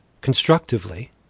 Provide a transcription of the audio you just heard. constructively